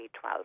B12